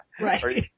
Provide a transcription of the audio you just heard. Right